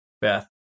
Beth